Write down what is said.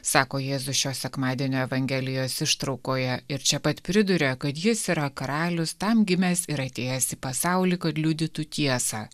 sako jėzus šio sekmadienio evangelijos ištraukoje ir čia pat priduria kad jis yra karalius tam gimęs ir atėjęs į pasaulį kad liudytų tiesą